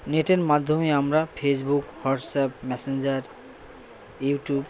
নেটের মাধ্যমে আমরা ফেসবুক হোয়াটসঅ্যাপ মেসেঞ্জার ইউটিউব